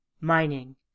Mining